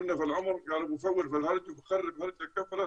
לפעמים ממנים ערבים ונפגשים אצל ״קאדי״ פעמיים או שלוש,